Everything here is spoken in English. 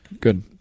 Good